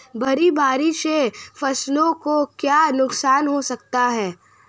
भारी बारिश से फसलों को क्या नुकसान हो सकता है?